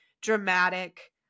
dramatic